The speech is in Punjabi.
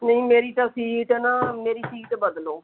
ਨਹੀਂ ਮੇਰੀ ਤਾਂ ਸੀਟ ਨਾ ਮੇਰੀ ਸੀਟ ਬਦਲੋ